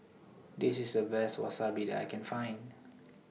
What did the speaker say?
This IS The Best Wasabi that I Can Find